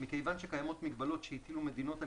מכיוון שקיימות מגבלות שהטילו מדינות על